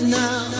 now